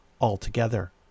altogether